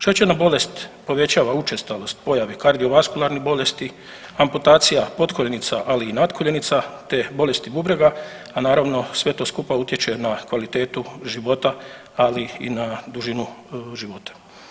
Šećerna bolest povećava učestalost pojave kardiovaskularnih bolesti, amputacija potkoljenica, ali i natkoljenica, te bolesti bubrega, a naravno sve to skupa utječe na kvalitetu života, ali i na dužinu života.